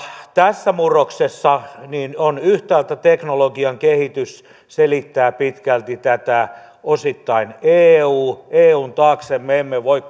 tässä murroksessa yhtäältä teknologian kehitys selittää pitkälti tätä osittain eu eun taakse me emme voi